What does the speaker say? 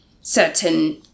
certain